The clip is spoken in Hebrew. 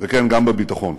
וכן, גם בביטחון.